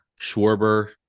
Schwarber